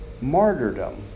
martyrdom